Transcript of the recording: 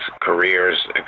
careers